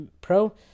Pro